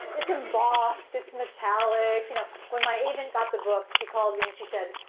it's embossed, it's metallic. you know when my agent got the book, she called me and she said,